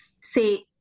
say